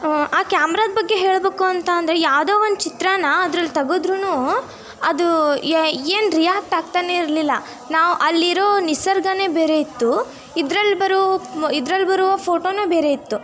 ಆ ಕ್ಯಾಮ್ರಾದ ಬಗ್ಗೆ ಹೇಳಬೇಕು ಅಂತ ಅಂದರೆ ಯಾವುದೊ ಒಂದು ಚಿತ್ರಾನ ಅದ್ರಲ್ಲಿ ತೆಗ್ದ್ರುನೂ ಅದು ಏನು ರಿಯಾಕ್ಟ್ ಆಗ್ತಾನೆ ಇರಲಿಲ್ಲ ನಾವು ಅಲ್ಲಿರೋ ನಿಸರ್ಗನೆ ಬೇರೆ ಇತ್ತು ಇದ್ರಲ್ಲಿ ಬರೊ ಇದ್ರಲ್ಲಿ ಬರೊ ಫೋಟೋನೆ ಬೇರೆ ಇತ್ತು